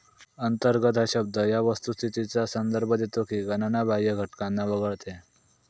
अंतर्गत हा शब्द या वस्तुस्थितीचा संदर्भ देतो की गणना बाह्य घटकांना वगळते